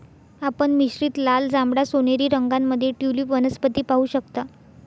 आपण मिश्रित लाल, जांभळा, सोनेरी रंगांमध्ये ट्यूलिप वनस्पती पाहू शकता